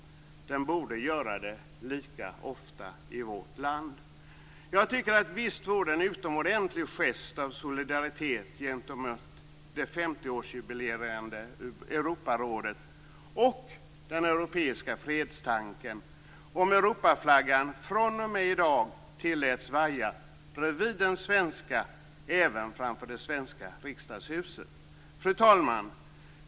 Den borde göra det lika ofta i vårt land. Jag tycker att det vore en utomordentlig gest av solidaritet gentemot det 50-årsjubilerande Europarådet och den europeiska fredstanken om Europaflaggan fr.o.m. i dag tilläts vaja bredvid den svenska även framför det svenska riksdagshuset. Fru talman!